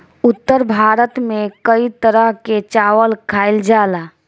उत्तर भारत में कई तरह के चावल खाईल जाला